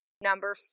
Number